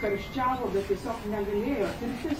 karščiavo bet tiesiog negalėjo tirtis